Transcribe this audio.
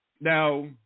Now